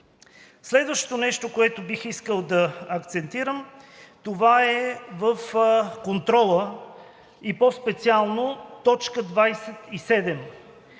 Следващото нещо, което бих искал да акцентирам, това е в контрола и по-специално т. 27.